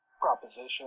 proposition